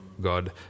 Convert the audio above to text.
God